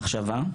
מחשבה,